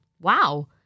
Wow